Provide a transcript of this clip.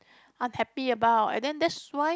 unhappy about and then that's why